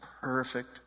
perfect